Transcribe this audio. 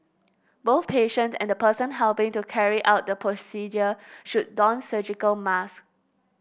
both patient and the person helping to carry out the procedure should don surgical masks